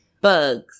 bugs